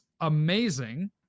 amazing